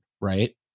right